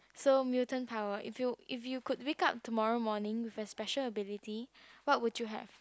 so mutant power if you if you could wake up tomorrow morning with a special ability what would you have